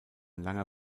langer